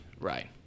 Right